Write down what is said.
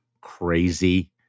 crazy